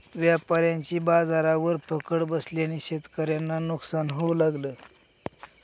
व्यापाऱ्यांची बाजारावर पकड बसल्याने शेतकऱ्यांना नुकसान होऊ लागलं